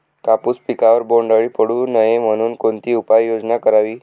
कापूस पिकावर बोंडअळी पडू नये म्हणून कोणती उपाययोजना करावी?